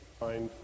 find